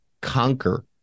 Conquer